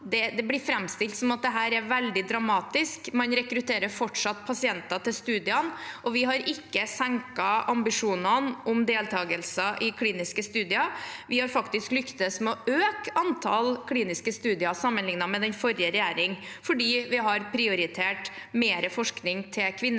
Det blir framstilt som at dette er veldig dramatisk. Man rekrutterer fortsatt pasienter til studiene, og vi har ikke senket ambisjonene om deltakelse i kliniske studier. Vi har faktisk lyktes med å øke antallet kliniske studier sammenlignet med den forrige regjeringen, fordi vi har prioritert mer forskning til kvinnehelse